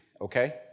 Okay